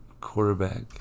quarterback